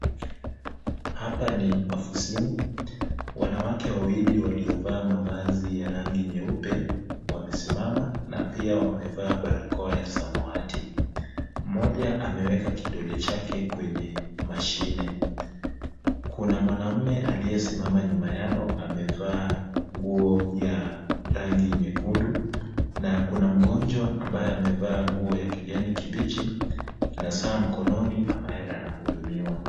Hapa ni ofisini, wanawake wawili waliovaa mavazi ya rangi nyeupe wamesimama na pia wamevaa barakoa ya samawati. Mmoja ameweka kidole chake kwenye mashine. Kuna mwanaume aliyesimama nyuma yao amevaa nguo ya rangi nyekundu na kuna mgonjwa ambaye amevaa nguo ya kijani kibichi na saa mkononi ambaye anahudumiwa.